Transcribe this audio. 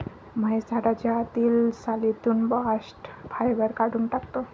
महेश झाडाच्या आतील सालीतून बास्ट फायबर काढून टाकतो